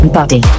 Buddy